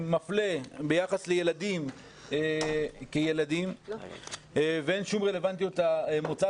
המפלה לילדים בלי שום רלוונטיות למוצא